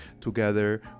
together